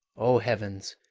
o heavens,